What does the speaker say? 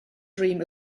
dream